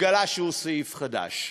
התגלה שהוא סעיף חדש.